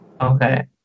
Okay